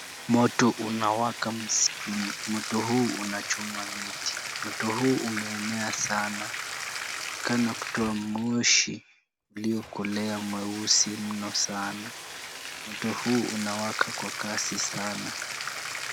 Moto unawaka msituni. Moto huu unachoma miti. Moto huu umeenea sana, unaonekana kutoa moshi uliokolea, mweusi mno sana. Moto huu unawaka kwa kasi sana.